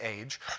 age